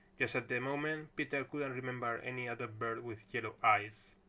just at the moment peter couldn't remember any other bird with yellow eyes.